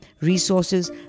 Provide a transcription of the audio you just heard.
resources